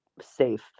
safe